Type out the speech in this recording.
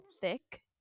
thick